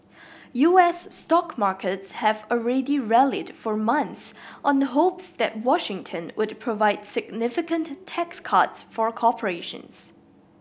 U S stock markets have already rallied for months on hopes that Washington would provide significant tax cuts for corporations